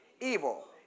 Evil